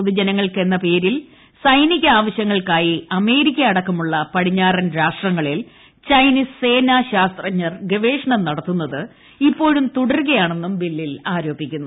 പൊതുജനങ്ങൾക്കെന്ന പേരിൽ സൈനിക ആവശ്യങ്ങൾക്കായി അമേരിക്ക അടക്കമുള്ള പടിഞ്ഞാറൻ രാഷ്ട്രങ്ങളിൽ ചൈനീസ് സേനാ ശാസ്ത്രജ്ഞർ ഗവേഷണം നടത്തുന്നത് ഇപ്പോഴും തുടരുകയാണെന്നും ബില്ലിൽ ആരോപിക്കുന്നു